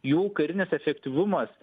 jų karinis efektyvumas